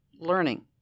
learning